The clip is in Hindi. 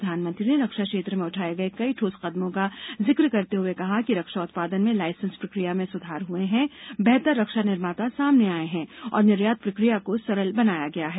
प्रधानमंत्री ने रक्षा क्षेत्र में उठाए गए कई ठोस कदमों का जिक्र करते हुए कहा कि रक्षा उत्पादन में लाइसेंस प्रक्रिया में सुधार हुए हैं बेहतर रक्षा निर्माता सामने आए हैं और निर्यात प्रक्रिया को सरल बनाया गया है